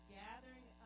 gathering